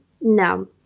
No